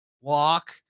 walk